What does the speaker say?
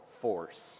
force